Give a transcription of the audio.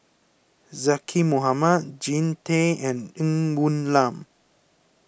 Zaqy Mohamad Jean Tay and Ng Woon Lam